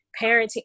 parenting